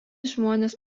žmonės